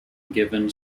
given